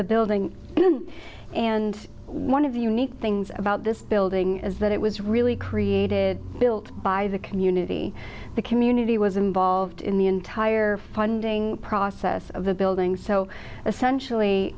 the building and one of the unique things about this building is that it was really created built by the community the community was involved in the entire funding process of the building so